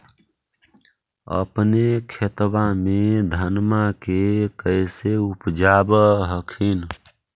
अपने खेतबा मे धन्मा के कैसे उपजाब हखिन?